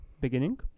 beginning